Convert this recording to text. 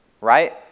right